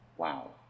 Wow